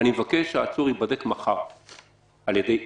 אני מבקש שהעצור ייבדק מחר על ידי "איקס",